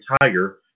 Tiger